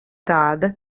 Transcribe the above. tāda